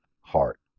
heart